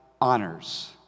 honors